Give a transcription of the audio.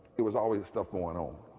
it was always stuff going on.